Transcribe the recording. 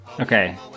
Okay